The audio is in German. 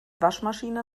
waschmaschine